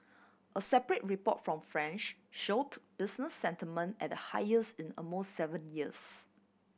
a separate report from France showed business sentiment at the highest in almost seven years